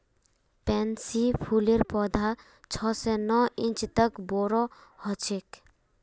pansy फूलेर पौधा छह स नौ इंच तक बोरो ह छेक